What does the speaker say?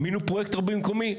מינוי פרויקטור במקומי?